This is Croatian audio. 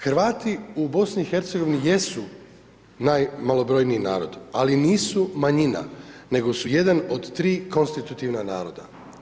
Hrvati u BiH jesu najmalobrojniji narod, ali nisu manjina nego su jedan od tri konstitutivna naroda.